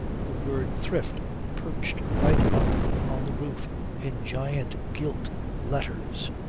the word thrift perched right up on the roof in giant gilt letters,